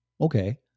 Okay